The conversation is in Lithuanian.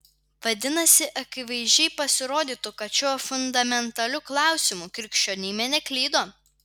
vadinasi akivaizdžiai pasirodytų kad šiuo fundamentaliu klausimu krikščionybė neklydo